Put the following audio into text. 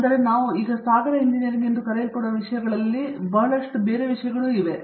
ಆದ್ದರಿಂದ ನಾವು ಈಗ ಸಾಗರ ಎಂಜಿನಿಯರಿಂಗ್ ಎಂದು ಕರೆಯಲ್ಪಡುವ ವಿಷಯಗಳಲ್ಲಿ ಬಹಳಷ್ಟು ಇಡೀ ವಿಷಯಗಳಿವೆ